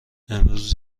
امروز